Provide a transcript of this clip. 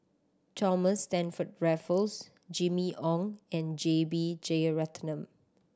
Thomas Stamford Raffles Jimmy Ong and J B Jeyaretnam